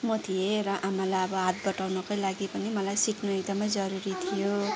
म थिएँ र आमालाई हात बटाउनकै लागि पनि मलाई सिक्नु एकदमै जरुरी थियो